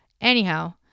Anyhow